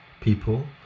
people